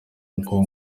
nko